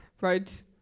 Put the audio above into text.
Right